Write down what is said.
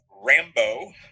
Rambo